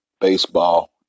baseball